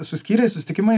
su skyriais susitikimai